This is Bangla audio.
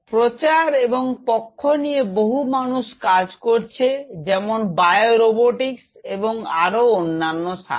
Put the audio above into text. প্রচার এবং পক্ষ নিয়ে বহু মানুষ কাজ করছে যেমন বায়ু রোবটিক্স এবং আরো অন্যান্য শাখায়